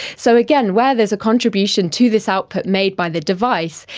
so again, where there is a contribution to this output made by the device,